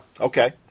Okay